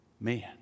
man